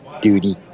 Duty